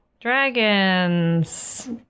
dragons